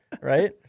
right